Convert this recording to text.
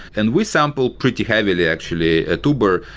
and we sample pretty heavily actually at uber,